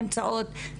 ואתן עצמכן דיברתן על כך.